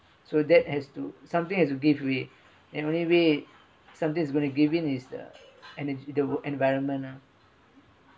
so that has to something has to give way and only way something is gonna give in is the energy the environment lah